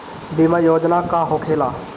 बीमा योजना का होखे ला?